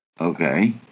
Okay